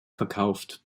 verkauft